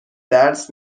درس